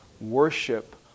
worship